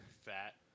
Fat